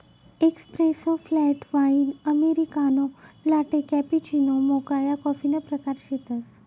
espresso, flat white, americano, latte, cappuccino, mocha या कॉफीना प्रकार शेतसं